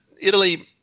Italy